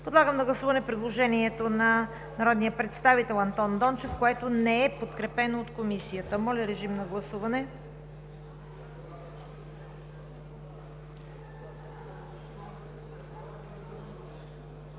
Подлагам на гласуване предложението на народния представител Андон Дончев, което не е подкрепено от Комисията. Гласували